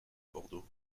bordeaux